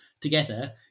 together